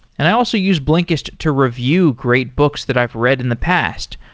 and i also use blinkiest to review great books that i've read in the past,